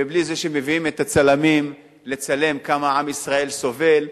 ובלי זה שמביאים את הצלמים לצלם כמה עם ישראל סובל,